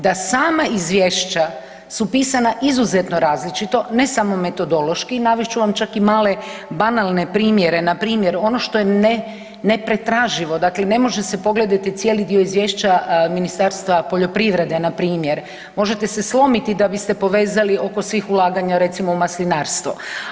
Da sama izvješća su pisana izuzetno različito, ne samo metodološki, navest ću vam čak i male banalne primjerne npr. ono što je nepretraživo, dakle ne može se pogledati cijeli dio izvješća Ministarstva poljoprivrede na primjer možete se slomiti da biste povezali oko svih ulaganja recimo u maslinarstvo.